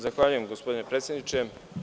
Zahvaljujem gospodine predsedniče.